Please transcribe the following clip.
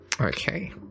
Okay